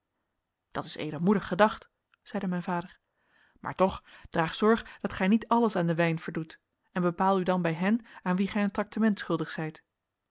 dat is edelmoedig gedacht zeide mijn vader maar toch draag zorg dat gij niet alles aan den wijn verdoet en bepaal u dan bij hen aan wien gij een traktement schuldig zijt